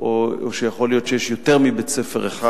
או שיש יותר מבית-ספר אחד,